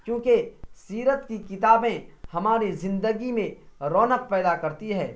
کیونکہ سیرت کی کتابیں ہماری زندگی میں رونق پیدا کرتی ہے